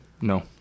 No